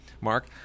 Mark